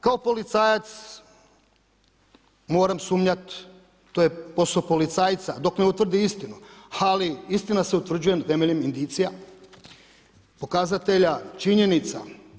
Kao policajac moram sumnjat, to je posao policajca dok ne utvrde istinu, ali istina se utvrđuje temeljem indicija, pokazatelja, činjenica.